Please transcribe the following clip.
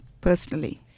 personally